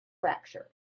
fracture